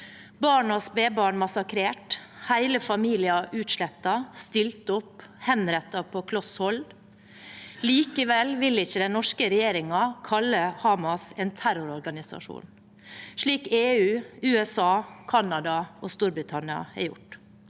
Barn og spedbarn har blitt massakrert, hele familier har blitt utslettet – stilt opp og henrettet på kloss hold. Likevel vil ikke den norske regjeringen kalle Hamas en terrororganisasjon, slik EU, USA, Canada og Storbritannia har gjort.